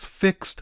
fixed